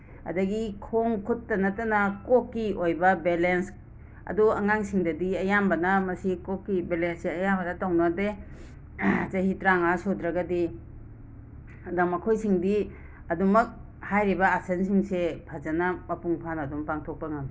ꯑꯗꯒꯤ ꯈꯣꯡ ꯈꯨꯠꯇ ꯅꯠꯇꯅ ꯀꯣꯛꯀꯤ ꯑꯣꯏꯕ ꯕꯦꯂꯦꯟꯁ ꯑꯗꯨ ꯑꯉꯥꯡꯁꯤꯡꯗꯗꯤ ꯑꯌꯥꯝꯕꯅ ꯃꯁꯤ ꯀꯣꯛꯀꯤ ꯕꯦꯂꯦꯟꯁꯁꯦ ꯑꯌꯥꯝꯕꯅ ꯇꯧꯅꯗꯦ ꯆꯍꯤ ꯇꯔꯥ ꯃꯉꯥ ꯁꯨꯗ꯭ꯔꯒꯗꯤ ꯑꯗ ꯃꯈꯣꯏꯁꯤꯡꯗꯤ ꯑꯗꯨꯃꯛ ꯍꯥꯏꯔꯤꯕ ꯑꯥꯁꯟꯁꯤꯡꯁꯦ ꯐꯖꯅ ꯃꯄꯨꯡ ꯐꯥꯅ ꯑꯗꯨꯝ ꯄꯥꯡꯊꯣꯛꯄ ꯉꯝꯃꯤ